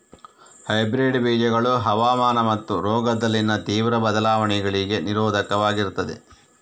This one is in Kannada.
ಹೈಬ್ರಿಡ್ ಬೀಜಗಳು ಹವಾಮಾನ ಮತ್ತು ರೋಗದಲ್ಲಿನ ತೀವ್ರ ಬದಲಾವಣೆಗಳಿಗೆ ನಿರೋಧಕವಾಗಿರ್ತದೆ